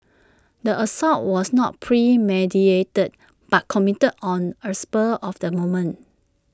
the assault was not premeditated but committed on A spur of the moment